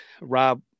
Rob